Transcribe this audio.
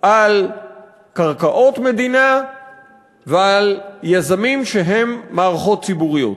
על קרקעות מדינה ועל יזמים שהם מערכות ציבוריות?